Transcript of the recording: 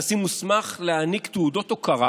הנשיא מוסמך להעניק תעודות הוקרה